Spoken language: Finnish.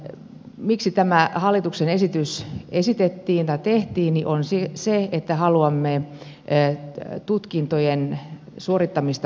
syy miksi tämä hallituksen esitys tehtiin on että haluamme nopeuttaa tutkintojen suorittamista